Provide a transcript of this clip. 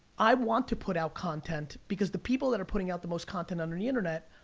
i want to put out content. because the people that are putting out the most content onto the internet,